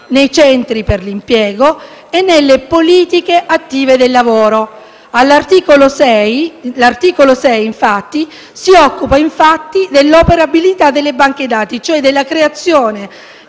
nei centri per l'impiego e nelle politiche attive del lavoro. L'articolo 6 si occupa, infatti, dell'interoperabilità delle banche dati, cioè della creazione